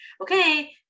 okay